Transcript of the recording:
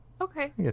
okay